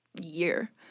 year